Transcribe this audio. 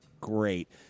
great